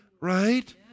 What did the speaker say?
right